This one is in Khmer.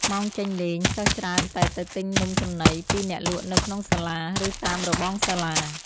ម៉ោងចេញលេង សិស្សច្រើនតែទៅទិញនំចំណី ពីអ្នកលក់នៅក្នុងសាលា ឬតាមរបងសាលា។